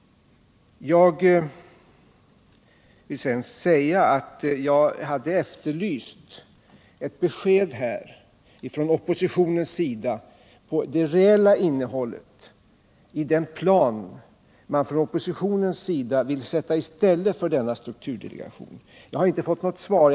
Jag hade vidare efterlyst ett besked från oppositionen om det reella innehållet i den plan som oppositionen vill sätta i stället för en strukturdelegation. Jag har inte fått något svar.